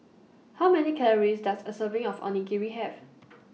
How Many Calories Does A Serving of Onigiri Have